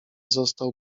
został